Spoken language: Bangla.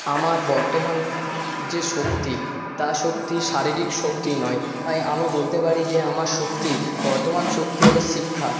আমার বর্তমান যে শক্তি তা শক্তি শারীরিক শক্তি নয় তাই আমি বলতে পারি যে আমার শক্তি বর্তমান শক্তি হলো শিক্ষা